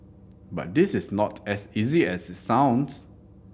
but this is not as easy as it sounds